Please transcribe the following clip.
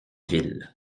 ville